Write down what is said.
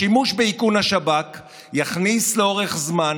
השימוש באיכון השב"כ יכניס לאורך זמן